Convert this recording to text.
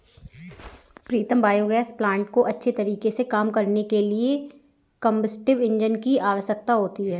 प्रीतम biogas plant को अच्छे तरीके से काम करने के लिए कंबस्टिव इंजन की आवश्यकता होती है